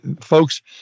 folks